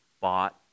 bought